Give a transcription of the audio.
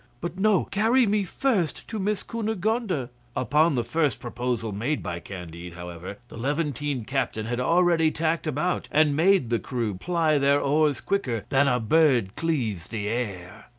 but no carry me first to miss cunegonde. ah upon the first proposal made by candide, however, the levantine captain had already tacked about, and made the crew ply their oars quicker than a bird cleaves the air.